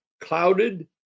clouded